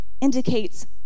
indicates